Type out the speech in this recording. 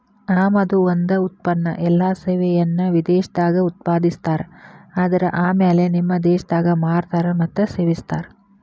ಆಮದು ಒಂದ ಉತ್ಪನ್ನ ಎಲ್ಲಾ ಸೇವೆಯನ್ನ ವಿದೇಶದಾಗ್ ಉತ್ಪಾದಿಸ್ತಾರ ಆದರ ಆಮ್ಯಾಲೆ ನಿಮ್ಮ ದೇಶದಾಗ್ ಮಾರ್ತಾರ್ ಮತ್ತ ಸೇವಿಸ್ತಾರ್